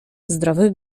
zdrowych